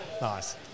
nice